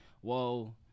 whoa